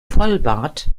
vollbart